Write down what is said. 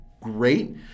great